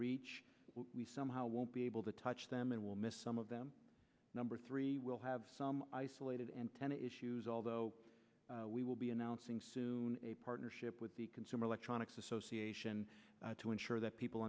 reach we somehow won't be able to touch them and we'll miss some of them number three we'll have some isolated antenna issues although we will be announcing soon a partnership with the consumer electronics association to ensure that people